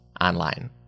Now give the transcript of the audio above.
online